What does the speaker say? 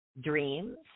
dreams